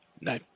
No